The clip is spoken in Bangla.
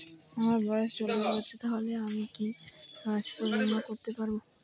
আমার বয়স চল্লিশ বছর তাহলে কি আমি সাস্থ্য বীমা করতে পারবো?